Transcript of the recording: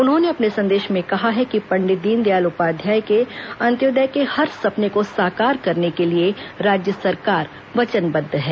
उन्होंने अपने संदेश में कहा है कि पंडित दीनदयाल उपाध्याय के अन्त्योदय के हर सपने को साकार करने के लिए राज्य सरकार वचनबद्ध है